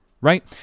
right